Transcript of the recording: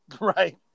Right